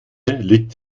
liegt